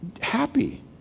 happy